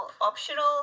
optional